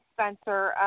Spencer